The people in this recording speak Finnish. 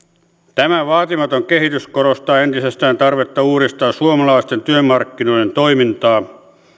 tämä vaatimaton kehitys korostaa entisestään tarvetta uudistaa suomalaisten työmarkkinoiden toimintaa